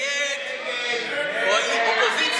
הצעת ועדת הכספים